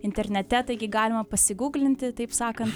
internete taigi galima pasigūglinti taip sakant